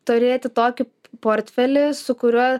turėti tokį portfelį su kuriuo